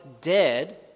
dead